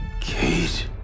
Kate